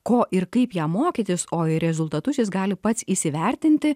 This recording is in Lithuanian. ko ir kaip jam mokytis o ir rezultatus jis gali pats įsivertinti